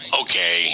okay